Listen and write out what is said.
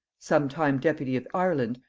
some time deputy of ireland,